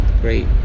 great